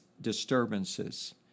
disturbances